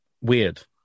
weird